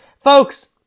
Folks